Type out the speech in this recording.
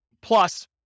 plus